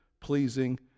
pleasing